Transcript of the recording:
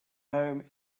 home